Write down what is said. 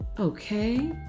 Okay